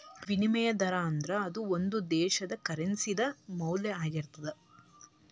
ವಿನಿಮಯ ದರಾ ಅಂದ್ರ ಅದು ಒಂದು ದೇಶದ್ದ ಕರೆನ್ಸಿ ದ ಮೌಲ್ಯ ಆಗಿರ್ತದ